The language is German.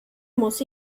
muss